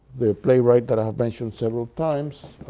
the playwright that i have mentioned several times,